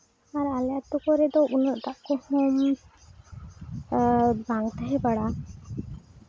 ᱟᱨ ᱟᱞᱮ ᱟᱛᱳ ᱠᱚᱨᱮ ᱫᱚ ᱩᱱᱟᱹᱜ ᱫᱟᱜ ᱠᱚᱦᱚᱸ ᱵᱟᱝ ᱛᱟᱦᱮᱸ ᱵᱟᱲᱟᱜᱼᱟ